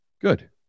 good